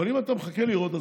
אבל אם אתה מחכה לראות,